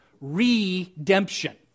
redemption